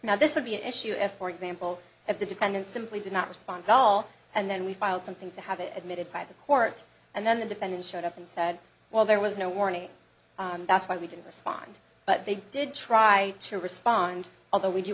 now this would be an issue if for example if the defendant simply did not respond at all and then we filed something to have it admitted by the court and then the defendant showed up and said well there was no warning that's why we didn't respond but they did try to respond although we